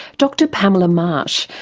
dr pamela marsh,